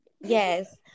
Yes